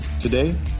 Today